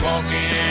Walking